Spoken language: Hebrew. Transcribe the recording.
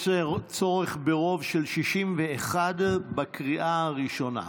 יש צורך ברוב של 61 בקריאה הראשונה.